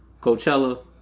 Coachella